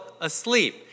asleep